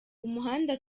umuhanda